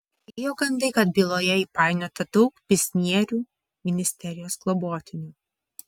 ėjo gandai kad byloje įpainiota daug biznierių ministerijos globotinių